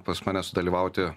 pas mane sudalyvauti